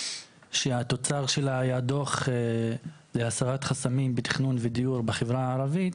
שהתוצר שלה היה דוח להסרת חסמים בתכנון ודיור בחברה הערבית,